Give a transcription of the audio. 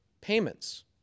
payments